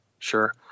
sure